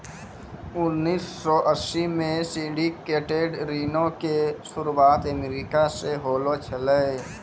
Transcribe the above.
उन्नीस सौ अस्सी मे सिंडिकेटेड ऋणो के शुरुआत अमेरिका से होलो छलै